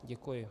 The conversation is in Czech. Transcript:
Děkuji.